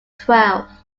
twelve